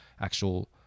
actual